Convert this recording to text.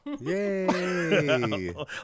Yay